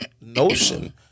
notion